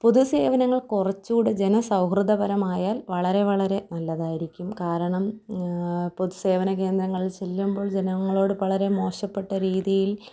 പൊതുസേവനങ്ങൾ കുറച്ച് കൂടി ജനസൗഹൃദ പരമായാൽ വളരെ വളരെ നല്ലതായിരിക്കും കാരണം പൊതുസേവനകേന്ദ്രങ്ങളിൽ ചെല്ലുമ്പോൾ ജനങ്ങളോട് വളരെ മോശപ്പെട്ട രീതിയിൽ